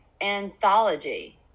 anthology